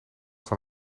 van